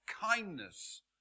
kindness